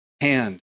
hand